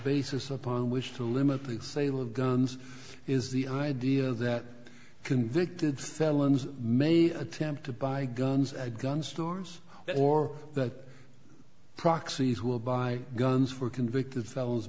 basis upon which to limit the sale of guns is the idea that convicted felons many attempt to buy guns at gun stores or that proxies will buy guns for convicted felons